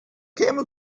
camel